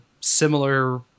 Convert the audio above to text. similar